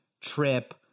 trip